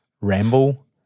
ramble